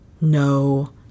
No